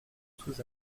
sous